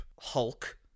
hulk